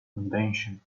invention